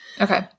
Okay